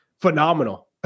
phenomenal